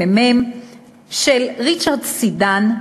של ריצ'רד סיידן,